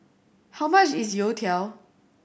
how much is Youtiao